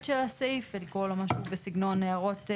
של הסעיף ולקרוא לו משהו בסגנון הערות,